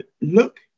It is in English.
look